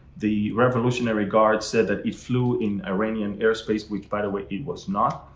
the revolutionary guard said that it flew in iranian airspace, which, by the way, it was not.